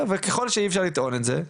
ככל שאי אפשר לטעון את זה,